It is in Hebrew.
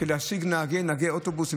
להשיג נהגי אוטובוס.